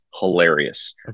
hilarious